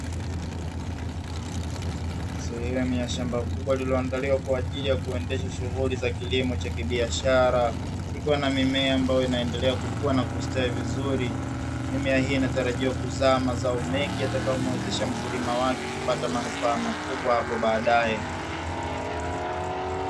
Sehemu ya shamba kubwa ililoandaliwa kwajili ya kuendesha shughuli za kilimo cha kibiashara kikiwa na mimea ambayo inaendelea kukua na kustawi vizuri, mimea hii inatarajiwa kuzaa mazao mengi yatakayo muwesheza mkulima wake kupata manufaa makubwa apo baadae.